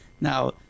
Now